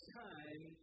time